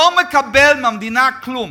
לא מקבל מהמדינה כלום.